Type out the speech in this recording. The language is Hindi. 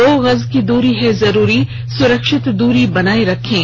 दो गज की दूरी है जरूरी सुरक्षित दूरी बनाए रखें